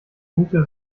gute